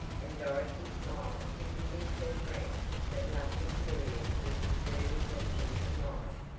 and dorothy smiled to convince her friend that nothing serious was disturbing her peace of mind.